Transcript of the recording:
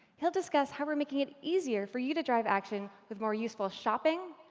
he'll discuss how we're making it easier for you to drive action with more useful shopping,